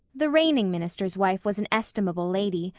the reigning minister's wife was an estimable lady,